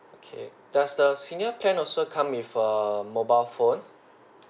okay does a senior plan also come with a mobile phone